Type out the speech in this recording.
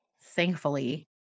thankfully